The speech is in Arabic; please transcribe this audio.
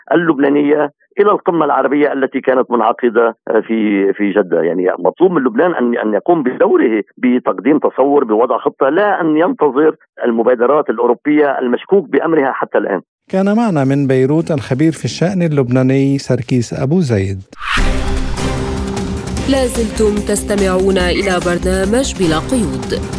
اللبنانية إلى القمة العربية التي كانت منعقدة في- في جدة؟ يعني مطلوب من لبنان أن- أن يقوم بدوره بتقديم تصور بوضع خطة لا أن ينتظر المبادرات الأوروبية المشكوك بأمرها حتى الآن. كان معنا من بيروت الخبير في الشأن اللبناني سركيس أبو زيد. لا زلتم تستمعون إلى برنامج بلا قيود.